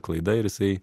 klaida ir jisai